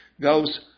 goes